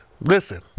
Listen